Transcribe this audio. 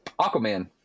Aquaman